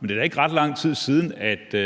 præsenterede Folketingets partier – vi sagde alle sammen så